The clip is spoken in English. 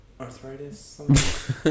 Arthritis